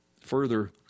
Further